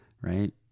right